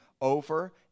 over